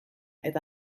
eta